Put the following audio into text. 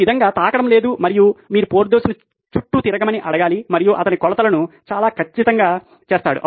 ఈ విధంగా తాకడం లేదు మరియు మీరు పోర్థోస్ను చుట్టూ తిరగమని అడగాలి మరియు అతను కొలతలను చాలా ఖచ్చితంగా చేస్తాడు